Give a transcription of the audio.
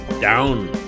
down